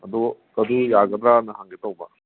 ꯑꯗꯣ ꯑꯗꯨ ꯌꯥꯒꯗ꯭ꯔꯥꯅ ꯍꯪꯒꯦ ꯇꯧꯕ